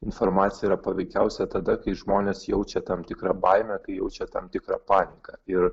informacija yra paveikiausia tada kai žmonės jaučia tam tikrą baimę kai jaučia tam tikrą paniką ir